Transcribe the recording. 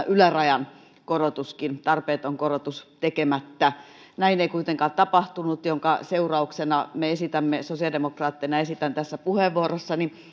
ylärajan tarpeeton korotus tekemättä näin ei kuitenkaan tapahtunut minkä seurauksena me esitämme sosiaalidemokraatteina ja esitän tässä puheenvuorossani